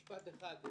משפט אחד,